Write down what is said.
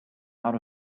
out